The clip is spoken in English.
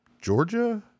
Georgia